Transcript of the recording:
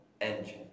engine